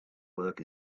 work